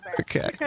Okay